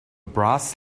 brass